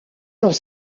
dans